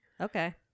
Okay